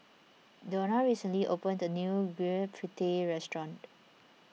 Dona recently opened a new Gudeg Putih restaurant